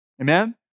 Amen